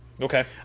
Okay